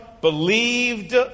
believed